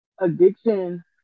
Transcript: Addiction